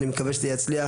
אני מקווה שזה יצליח,